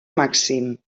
màxim